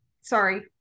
sorry